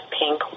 pink